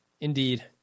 Indeed